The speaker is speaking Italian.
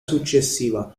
successiva